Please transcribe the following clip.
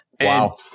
Wow